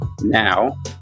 now